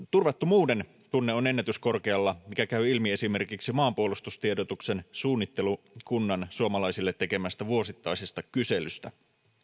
turvattomuuden tunne on ennätyskorkealla mikä käy ilmi esimerkiksi maanpuolustustiedotuksen suunnittelukunnan suomalaisille tekemästä vuosittaisesta kyselystä